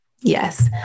Yes